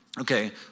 Okay